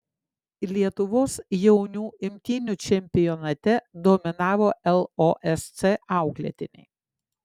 lietuvos jaunių imtynių čempionate dominavo losc auklėtiniai